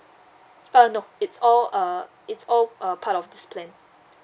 uh no it's all uh it's all uh part of this plan